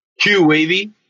Q-Wavy